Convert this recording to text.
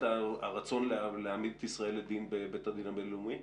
הרצון להעמיד את ישראל לדין בבית הדין הבין-לאומי?